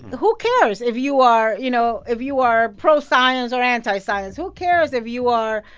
who cares if you are, you know if you are pro-science or anti-science. who cares if you are,